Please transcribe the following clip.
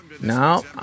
No